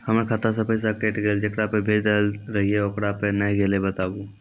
हमर खाता से पैसा कैट गेल जेकरा पे भेज रहल रहियै ओकरा पे नैय गेलै बताबू?